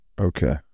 Okay